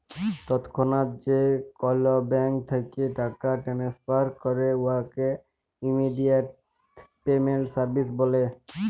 তৎক্ষণাৎ যে কল ব্যাংক থ্যাইকে টাকা টেনেসফার ক্যরে উয়াকে ইমেডিয়াতে পেমেল্ট সার্ভিস ব্যলে